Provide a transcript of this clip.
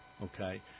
Okay